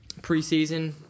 Preseason